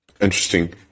Interesting